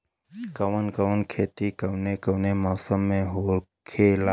कवन कवन खेती कउने कउने मौसम में होखेला?